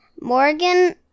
Morgan